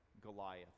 Goliath